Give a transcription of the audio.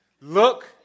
Look